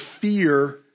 fear